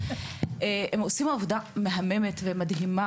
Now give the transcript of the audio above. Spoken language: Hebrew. שעושים עבודה מהממת ומדהימה.